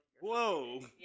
Whoa